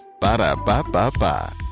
Ba-da-ba-ba-ba